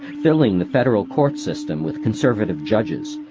filling the federal court system with conservative judges,